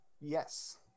Yes